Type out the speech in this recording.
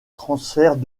transfert